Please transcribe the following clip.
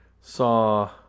saw